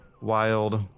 wild